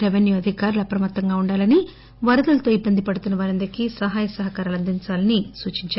revenue అధికారులు అప్రమత్తంగా ఉండాలని వరదలతో ఇబ్బంది పెడుతున్న వారందరికీ సహాయ సహకారాలు అందించాలని సూచించారు